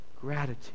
gratitude